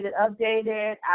updated